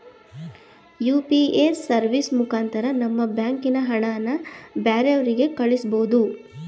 UPA service ಮುಖಾಂತರ ನಮ್ಮ ಬ್ಯಾಂಕಿನ ಹಣನ ಬ್ಯಾರೆವ್ರಿಗೆ ಕಳಿಸ್ಬೋದು